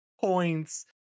points